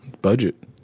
Budget